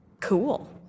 Cool